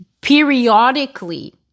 periodically